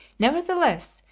nevertheless,